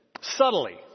Subtly